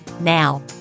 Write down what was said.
Now